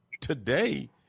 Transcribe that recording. today